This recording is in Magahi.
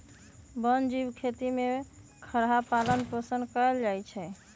वन जीव खेती में खरहा पालन पोषण कएल जाइ छै